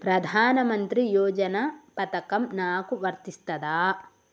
ప్రధానమంత్రి యోజన పథకం నాకు వర్తిస్తదా?